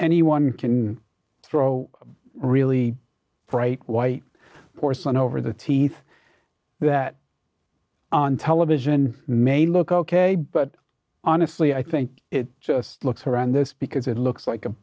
anyone can throw really fright white porcelain over the teeth that on television mane look ok but honestly i think it just looks around this because it looks like a